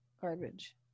garbage